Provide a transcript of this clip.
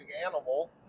animal